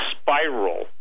spiral